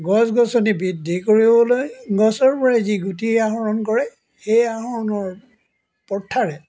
গছ গছনি বৃদ্ধি কৰিবলৈ গছৰ পৰাই যি গুটি আহৰণ কৰে সেই আহৰণৰ প্ৰথাৰে